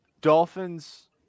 Dolphins